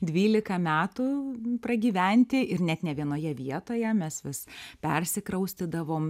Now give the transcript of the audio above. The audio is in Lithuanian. dvylika metų pragyventi ir net ne vienoje vietoje mes vis persikraustydavom